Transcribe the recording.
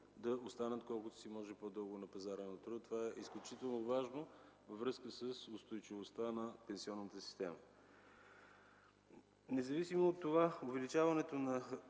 да останат колкото се може по-дълго на пазара на труда – това е изключително важно във връзка с устойчивостта на пенсионната система. Независимо от това, увеличаването на